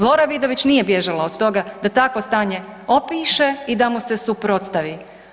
Lora Vidović nije bježala od toga da takvo stanje opiše i da mu se suprotstavi.